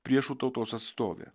priešų tautos atstovė